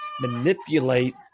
manipulate